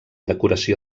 decoració